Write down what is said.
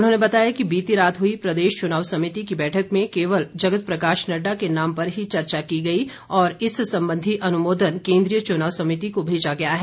उन्होंने बताया कि बीती रात हुई प्रदेश चुनाव समिति की बैठक में केवल जगत प्रकाश नडडा के नाम पर ही चर्चा की गई और इस संबंधी अनुमोदन केन्द्रीय चुनाव समिति को भेजा गया है